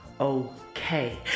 okay